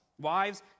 Wives